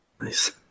Nice